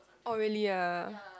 oh really ah